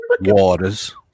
Waters